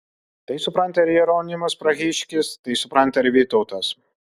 tai supranta ir jeronimas prahiškis tai supranta ir vytautas